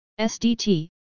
SDT